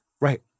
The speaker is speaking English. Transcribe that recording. Right